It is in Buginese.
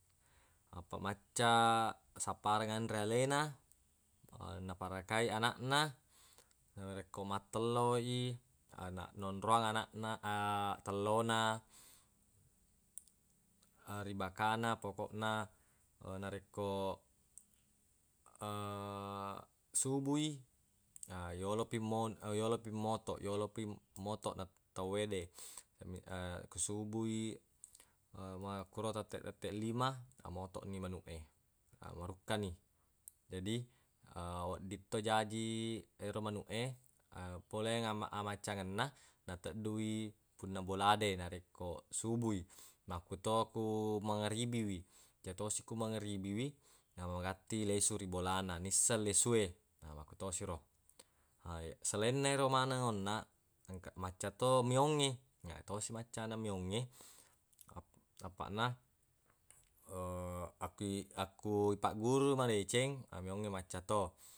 Appa macca sapparengngi anre alena nafarakai anaq na narekko mattelo i anaq- nonroang anaq na tello na ri bakana pokoq na narekko subu i yolo pi mo- yolo pi motoq yolo pi motoq na tawwe de ko subui makkoro ko tetteq-tetteq lima motoq ni manuq e marukka ni jadi wedding to jaji ero manuq e poleng amaccangenna natedduq i punna bola de narekko subui makkuto ku mageribi wi ya tosi ko mageribi wi namagatti lesu ri bolana nisseng lesu e na makkutosi ro selainna ero maneng onnaq engka- macca to meongnge na yetosi maccana meongnge ap- apaq na akki- akku ipagguru madeceng meongnge macca to.